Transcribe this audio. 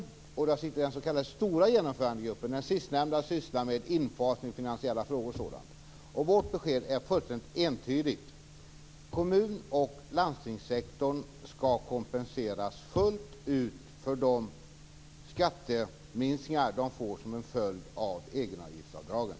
Där sitter med den s.k. stora genomförandegruppen, vilken sysslar med infasning, finansiella frågor o.d. Vårt besked är fullständigt entydigt: Kommun och landstingssektorn skall kompenseras fullt ut för de skatteminskningar som den sektorn får som en följd av egenavgiftsavdragen.